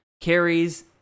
carries